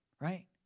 Right